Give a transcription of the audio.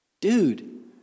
Dude